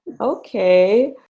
Okay